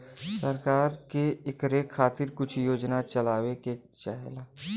सरकार के इकरे खातिर कुछ योजना चलावे के चाहेला